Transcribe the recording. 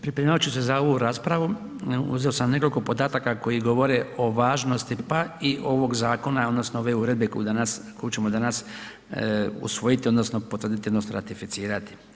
Pripremajući se za ovu raspravu uzeo sam nekoliko podataka koji govore o važnosti pa i ovog zakona odnosno ove uredbe koju ćemo danas uvojiti odnosno potvrditi i nostratificirati.